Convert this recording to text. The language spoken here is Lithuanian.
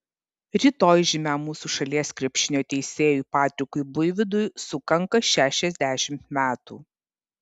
rytoj žymiam mūsų šalies krepšinio teisėjui patrikui buivydui sukanka šešiasdešimt metų